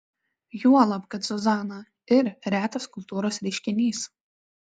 juolab kad zuzana ir retas kultūros reiškinys